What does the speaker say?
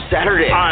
Saturday